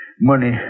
Money